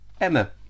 Emma